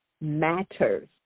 matters